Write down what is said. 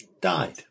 died